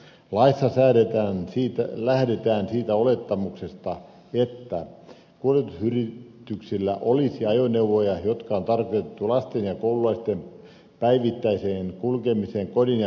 laissa lähdetään siitä olettamuksesta että kuljetusyrityksillä olisi ajoneuvoja jotka on tarkoitettu lasten ja koululaisten päivittäiseen kulkemiseen kodin ja koulun välillä